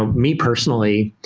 um me, personally,